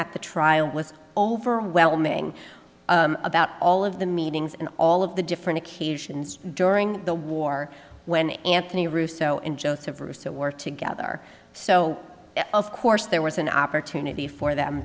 at the trial was overwhelming about all of the meetings and all of the different occasions during the war when anthony russo and joseph druce to work together so of course there was an opportunity for them